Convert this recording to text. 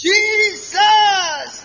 Jesus